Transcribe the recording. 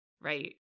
Right